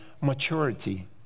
maturity